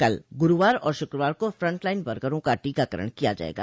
कल गुरूवार और शुक्रवार को फ्रंट लाइन वर्करों का टीकाकरण किया जायेगा